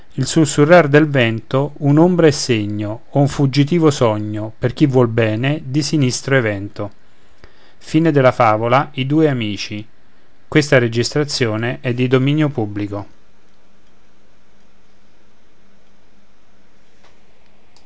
il susurrar del vento un'ombra è segno o un fuggitivo sogno per chi vuol bene di sinistro evento e a